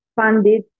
funded